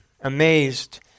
amazed